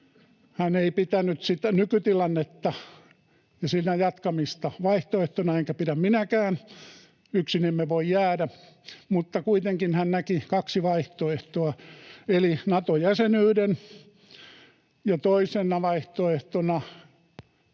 Hän ei pitänyt nykytilannetta ja siinä jatkamista vaihtoehtona — enkä pidä minäkään, sillä yksin emme voi jäädä — mutta kuitenkin hän näki kaksi vaihtoehtoa eli Nato-jäsenyyden ja toisena vaihtoehtona